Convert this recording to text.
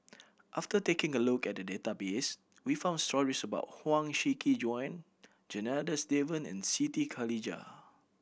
after taking a look at the database we found stories about Huang Shiqi Joan Janadas Devan and Siti Khalijah